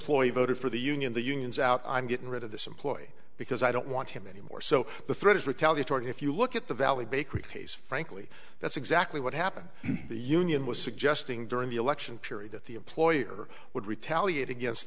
ployee voted for the union the unions out i'm getting rid of this employee because i don't want him anymore so the threat is retaliatory if you look at the valley bakery case frankly that's exactly what happened the union was suggesting during the election period that the employer would retaliate against